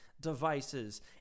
devices